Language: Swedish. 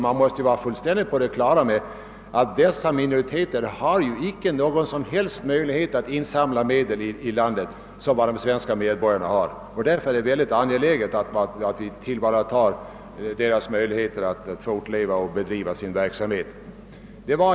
Man måste vara medveten om att dessa minoriteter inte har samma möjligheter som andra medborgare i vårt land att insamla medel. Därför är det angeläget att tillvarata deras intressen när det för dem gäller att fortleva och bedriva verksamhet.